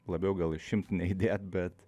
labiau gal išimt ne įdėt bet